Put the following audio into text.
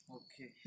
okay